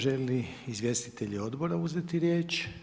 Žele li izvjestitelji odbora uzeti riječ?